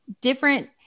different